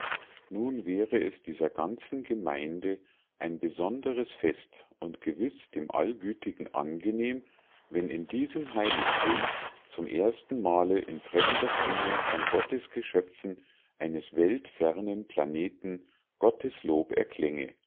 nun wäre es dieser ganzen gemeinde ein besonderes fest und gewiß dem allgütigen angenehm wenn in diesem heiligtum zum erstenmale in fremder zunge von gottesgeschöpfen eines weltfernen planeten gottes lob